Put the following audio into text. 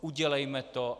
Udělejme to.